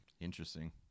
interesting